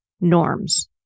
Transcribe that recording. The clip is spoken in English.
norms